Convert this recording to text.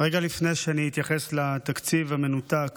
רגע לפני שאני אתייחס לתקציב המנותק